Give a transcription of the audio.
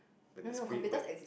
and the street map